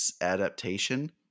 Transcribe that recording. adaptation